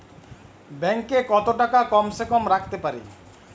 Bank এ কত টাকা কম সে কম রাখতে পারি?